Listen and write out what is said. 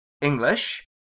English